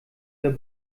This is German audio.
der